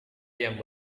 yang